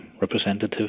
representative